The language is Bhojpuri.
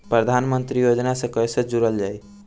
प्रधानमंत्री योजना से कैसे जुड़ल जाइ?